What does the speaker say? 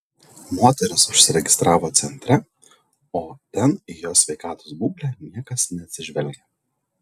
moteris užsiregistravo centre o ten į jos sveikatos būklę niekas neatsižvelgia